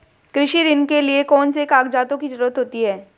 कृषि ऋण के लिऐ कौन से कागजातों की जरूरत होती है?